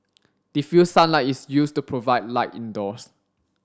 diffused sunlight is used to provide light indoors